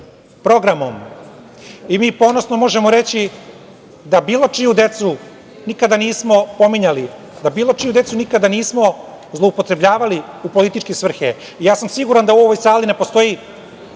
programom i mi ponosno možemo reći da bilo čiju decu nikada nismo pominjali, da bilo čiju decu nikada nismo zloupotrebljavali u političke svrhe. Siguran sam da u ovoj sali postoji